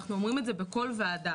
אנחנו אומרים את זה בכל ועדה.